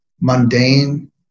mundane